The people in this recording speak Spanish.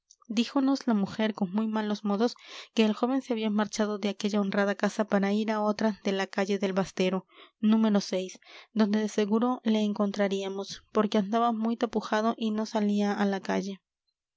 toledo díjonos la mujer con muy malos modos que el joven se había marchado de aquella honrada casa para ir a otra de la calle del bastero número donde de seguro le encontraríamos porque andaba muy tapujado y no salía a la calle